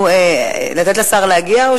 לתת לשר להגיע, או